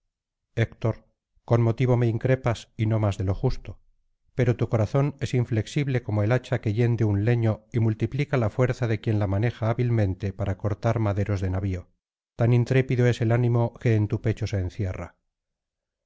héctor con motivo me increpas y no más de lo justo pero tu corazón es inflexible como el hacha que hiende un leño y multiplica la fuerza de quien la maneja hábilmente para cortar maderos de navio tan intrépido es el ánimo que en tu pecho se encierra